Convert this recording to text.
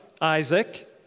Isaac